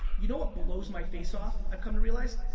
you know what blows my face off, i've come to realize?